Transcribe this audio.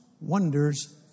wonders